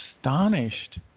astonished